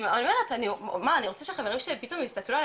אני רוצה שהחברים שלי פתאום יסתכלו עלי,